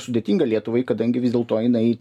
sudėtinga lietuvai kadangi vis dėl to jinai